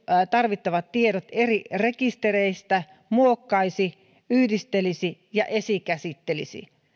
tarvittavat tiedot eri rekistereistä muokkaisi yhdistelisi ja esikäsittelisi